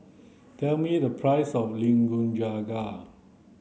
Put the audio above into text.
tell me the price of Nikujaga